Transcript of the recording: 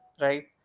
right